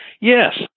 Yes